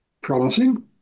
promising